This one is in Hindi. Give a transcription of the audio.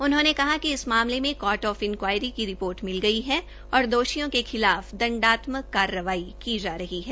उन्होंने कहा कि इस मामले मे कोर्ट ऑफ इन्क्वायारी की रिपोर्ट मिल गई है और दोषियों के खिलाफ दंडात्मक कार्रवाई की जा रही है